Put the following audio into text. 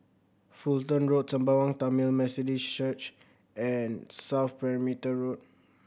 Fulton Road Sembawang Tamil Methodist Church and South Perimeter Road